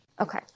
Okay